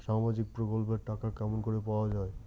সামাজিক প্রকল্পের টাকা কেমন করি পাওয়া যায়?